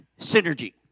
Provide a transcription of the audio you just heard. synergy